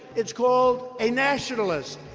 it's called a nationalist.